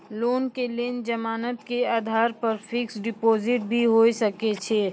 Loan के लेल जमानत के आधार पर फिक्स्ड डिपोजिट भी होय सके छै?